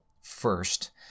First